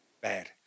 bad